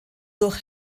durch